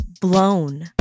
blown